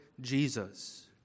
Jesus